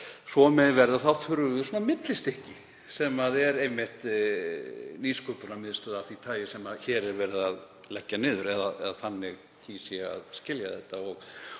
svo megi verða þurfum við svona millistykki sem er einmitt nýsköpunarmiðstöð af því tagi sem hér er verið að leggja niður, eða þannig kýs ég að skilja þetta.